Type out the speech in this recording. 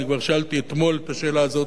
אני כבר שאלתי אתמול את השאלה הזאת.